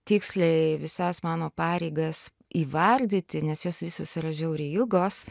tiksliai visas mano pareigas įvardyti nes jos visos yra žiauriai ilgos